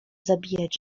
zabijać